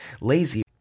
lazy